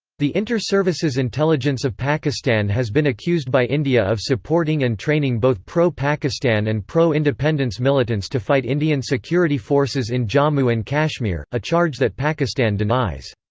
the inter-services intelligence of pakistan has been accused by india of supporting and training both pro-pakistan and pro-independence militants to fight indian security forces in jammu and kashmir, a charge that pakistan denies.